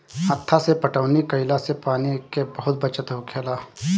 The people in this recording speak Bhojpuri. हत्था से पटौनी कईला से पानी के बहुत बचत होखेला